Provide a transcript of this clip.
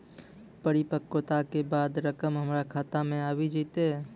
परिपक्वता के बाद रकम हमरा खाता मे आबी जेतै?